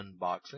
unboxing